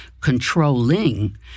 controlling